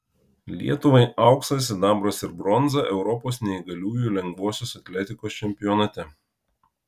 lietuvai auksas sidabras ir bronza europos neįgaliųjų lengvosios atletikos čempionate